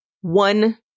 One